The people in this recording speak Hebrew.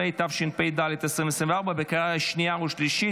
17), התשפ"ד 2024, לקריאה שנייה ושלישית.